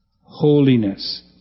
Holiness